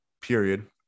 period